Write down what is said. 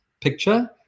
picture